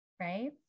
right